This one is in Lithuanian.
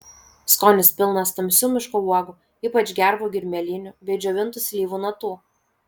skonis pilnas tamsių miško uogų ypač gervuogių ir mėlynių bei džiovintų slyvų natų